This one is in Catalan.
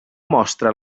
mostra